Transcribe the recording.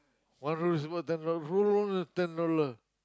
one roll is equal ten dollars roll roll roll ten dollar